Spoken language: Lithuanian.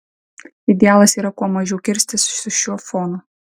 idealas yra kuo mažiau kirstis su šiuo fonu